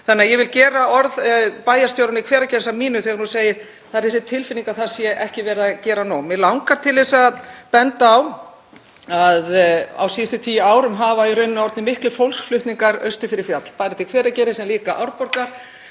Þannig að ég vil gera orð bæjarstjórans Hveragerðis að mínum þegar hún segir: Það er þessi tilfinning að það sé ekki verið að gera nóg. Mig langar til að benda á að á síðustu tíu árum hafa orðið miklir fólksflutningar austur fyrir fjall, til Hveragerðis en líka Árborgar.